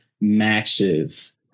matches